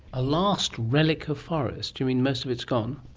a last relic of forest. you mean most of it's gone?